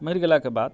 मरि गेलाके बाद